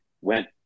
went